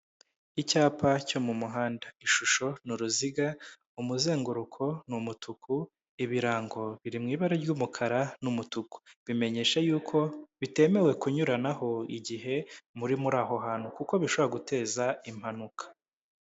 Icyapa cyo mu muhanda, ishusho ni uruziga umuzenguruko ni umutuku ibirango biri mu ibara ry'umukara n'umutuku bimenyesha yuko bitemewe kunyuranaho igihe muri aho hantu kuko bishobora guteza impanuka.